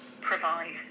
provide